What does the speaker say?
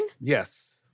Yes